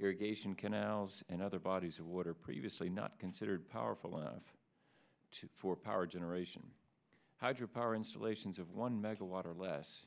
irrigation canals and other bodies of water previously not considered powerful enough to for power generation hydro power installations of one megawatt or less